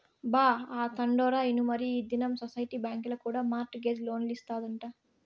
బా, ఆ తండోరా ఇనుమరీ ఈ దినం సొసైటీ బాంకీల కూడా మార్ట్ గేజ్ లోన్లిస్తాదంట